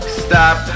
stop